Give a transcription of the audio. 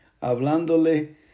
hablándole